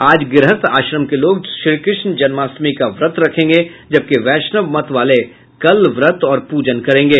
आज गृहस्थ आश्रम के लोग श्रीकृष्ण जन्माष्टमी का व्रत रखेंगे जबकि वैष्णव मत वाले कल व्रत और पूजन करेंगे